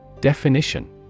Definition